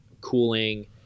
cooling